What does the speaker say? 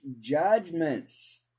judgments